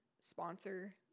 sponsor